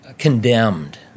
condemned